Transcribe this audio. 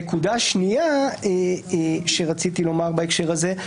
נקודה שנייה שרציתי לומר בהקשר הזה,